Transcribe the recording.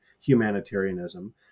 humanitarianism